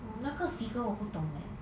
oh 那个 figure 我不懂 leh